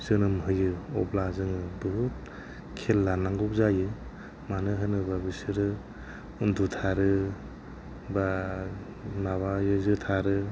जोनोम होयो अब्ला जोङो बहुथ खेल लानांगौ जायो मानो होनोबा बिसोरो उन्दुथारो बा माबायो जोथारो